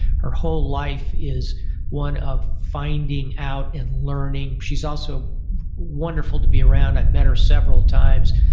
her whole life is one of finding out and learning. she's also wonderful to be around. i've met her several times.